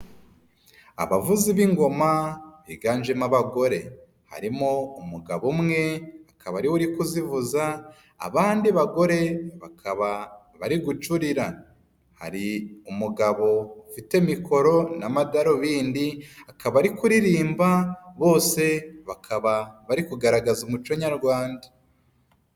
Abavuzi b'ingoma biganjemo abagore harimo umugabo umwe akaba ariwe uri kuzivuza abandi bagore bakaba bari gucurira, hari umugabo ufite mikoro n'amadarubindi akaba ari kuririmba bose bakaba bari kugaragaza umuco nyarwanda.